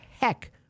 heck